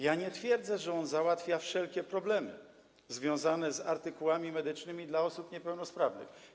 Ja nie twierdzę, że on załatwia wszelkie problemy związane z artykułami medycznymi dla osób niepełnosprawnych.